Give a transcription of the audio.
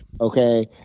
okay